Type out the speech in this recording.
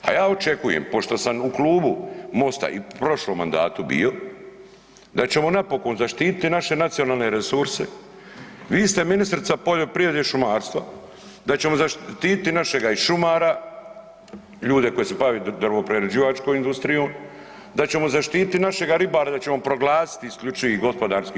A ja očekujem pošto san u Klubu MOST-a i u prošlom mandatu bio da ćemo napokon zaštititi naše nacionalne resurse, vi ste ministrica poljoprivrede i šumarstva, da ćemo zaštiti našega i šumara, ljude koji se bave drvo prerađivačkom industrijom, da ćemo zaštiti našega ribara da ćemo proglasiti IGP.